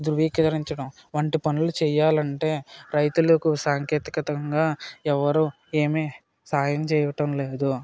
ధృవీకరించటం వంటి పనులు చేయాలంటే రైతులకు సాంకేతికతంగా ఎవ్వరు ఏమి సాయం చేయటం లేదు